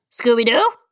Scooby-Doo